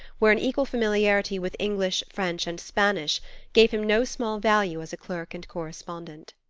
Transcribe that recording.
where an equal familiarity with english, french and spanish gave him no small value as a clerk and correspondent.